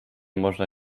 można